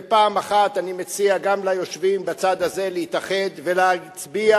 ופעם אחת אני מציע גם ליושבים בצד הזה להתאחד ולהצביע